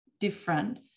different